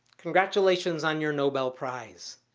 congratulations on your nobel prize.